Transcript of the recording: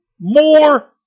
more